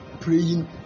praying